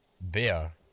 Bear